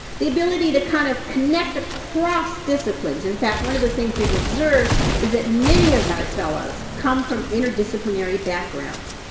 the ability to kind of connect across disciplines. in fact, one of the things we've observed is that many of our fellows come from interdisciplinary backgrounds.